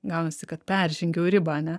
gaunasi kad peržengiau ribą ane